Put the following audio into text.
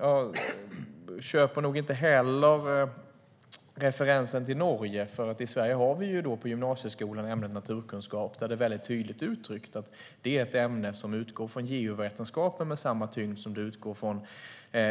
Jag köper nog inte heller referensen till Norge, för i Sverige har vi ju i gymnasieskolan ämnet naturkunskap, där det är väldigt tydligt uttryckt att det är ett ämne som utgår från geovetenskapen med samma tyngd som det utgår från